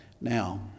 now